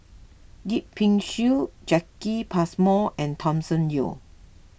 Yip Pin Xiu Jacki Passmore and Thomas Yeo